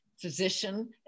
physician